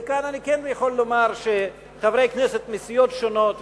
וכאן אני כן יכול לומר שחברי כנסת מסיעות שונות,